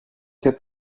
και